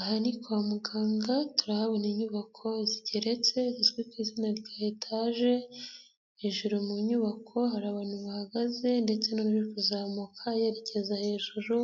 Aha ni kwa muganga turahabona inyubako zigeretse zizwi ku izina rya etaje, hejuru mu nyubako hari abantu bahagaze ndetse n'uri kuzamuka yerekeza hejuru,